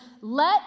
let